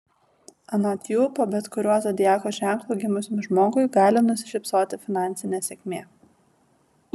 anot jų po bet kuriuo zodiako ženklu gimusiam žmogui gali nusišypsoti finansinė sėkmė